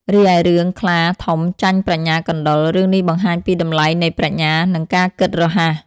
រីឯរឿងខ្លាធំចាញ់ប្រាជ្ញាកណ្ដុរ រឿងនេះបង្ហាញពីតម្លៃនៃប្រាជ្ញា និងការគិតរហ័ស។